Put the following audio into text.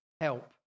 help